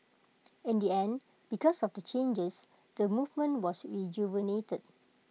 in the end because of the changes the movement was rejuvenated